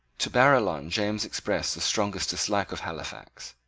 to barillon james expressed the strongest dislike of halifax.